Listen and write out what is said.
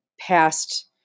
past